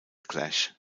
clash